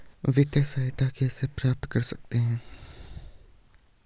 वित्तिय सहायता कैसे प्राप्त कर सकते हैं?